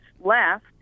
left